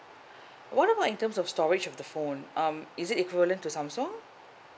what about in terms of storage of the phone um is it equivalent to samsung